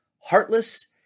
heartless